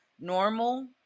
normal